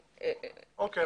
אוקי,